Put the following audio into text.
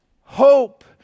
hope